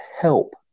help